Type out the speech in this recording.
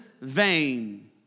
vain